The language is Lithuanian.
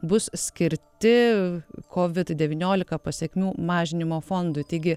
bus skirti kovid devyniolika pasekmių mažinimo fondui taigi